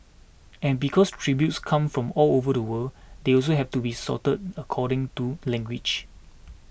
and because tributes come from all over the world they also have to be sorted according to language